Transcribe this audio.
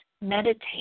Meditate